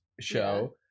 show